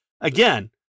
again